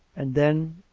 and then,